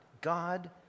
God